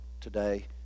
today